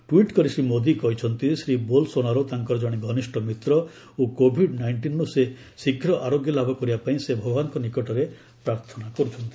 tweet କରି ଶ୍ରୀ ମୋଦୀ କହିଛନ୍ତି Shri Bolsonaro ତାଙ୍କର ଜଣେ ଘନିଷ୍ଠ ମିତ୍ର ଓ କୋଭିଡ୍ ନାଇଷ୍ଟିନ୍ରୁ ସେ ଶୀଘ୍ର ଆରୋଗ୍ୟ ଲାଭ କରିବା ପାଇଁ ସେ ଭଗବାନଙ୍କ ନିକଟରେ ପ୍ରାର୍ଥନା କରୁଛନ୍ତି